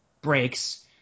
breaks